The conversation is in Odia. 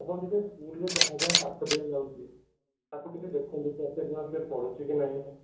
ଆପଣ ଟିକେ ସ୍କୁଲରେ ଯାହା ଯାହା ପାଠ ଦିଆଯାଉଛି ତାକୁ ଟିକେ ଦେଖନ୍ତୁ ସଠିକ୍ ଭାବରେ ପଢ଼ୁଛି କି ନାହିଁ